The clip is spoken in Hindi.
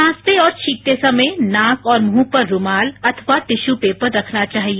खांसते और छींकते समय नाक और मुंह पर रूमाल अथवा टिश्यू पेपर रखना चाहिए